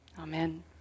Amen